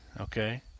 Okay